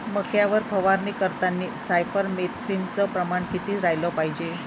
मक्यावर फवारनी करतांनी सायफर मेथ्रीनचं प्रमान किती रायलं पायजे?